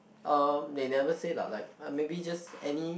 um they never say lah like ah maybe just any